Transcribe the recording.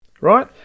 right